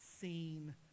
seen